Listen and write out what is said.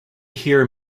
hear